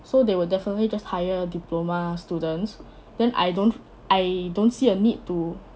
so they will definitely just hire diploma students then I don't I don't see a need to